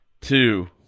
Two